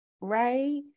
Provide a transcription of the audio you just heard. right